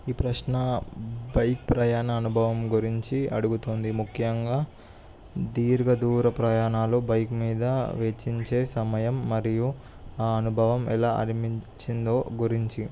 ఈ ప్రశ్న బైక్ ప్రయాణ అనుభవం గురించి అడుగుతుంది ముఖ్యంగా దీర్ఘ దూర ప్రయాణాలు బైక్ మీద వెేచ్చించే సమయం మరియు ఆ అనుభవం ఎలా అనిపించిందో గురించి